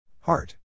Heart